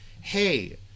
hey